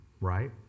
Right